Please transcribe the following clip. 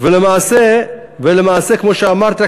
ולמעשה כמו שאמרתי,